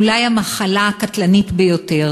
אולי המחלה הקטלנית ביותר.